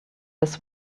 this